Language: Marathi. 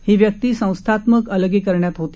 ही व्यक्ती संस्थात्मक अलगीकरणात होती